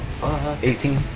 18